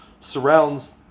surrounds